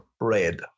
red